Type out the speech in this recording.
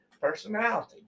personality